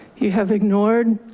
you have ignored